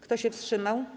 Kto się wstrzymał?